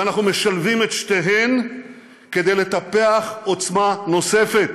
ואנחנו משלבים את שתיהן כדי לטפח עוצמה נוספת,